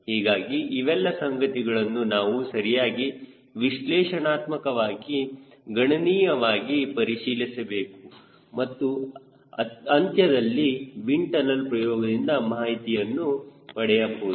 ಹೀಗಾಗಿ ಇವೆಲ್ಲ ಸಂಗತಿಗಳನ್ನು ನಾವು ಸರಿಯಾಗಿ ವಿಶ್ಲೇಷಣಾತ್ಮಕವಾಗಿ ಗಣನೀಯವಾಗಿ ಪರಿಶೀಲಿಸಬೇಕು ಮತ್ತು ಅಂತ್ಯದಲ್ಲಿ ವಿಂಡ್ ಟನಲ್ ಪ್ರಯೋಗದಿಂದ ಮಾಹಿತಿಯನ್ನು ಪಡೆಯಬಹುದು